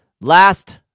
Last